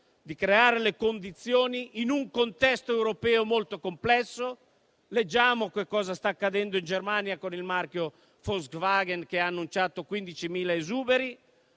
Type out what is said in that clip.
di creare condizioni favorevoli, in un contesto europeo molto complesso: leggiamo che cosa sta accadendo in Germania, con il marchio Volkswagen, che ha annunciato 15.000 esuberi;